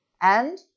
And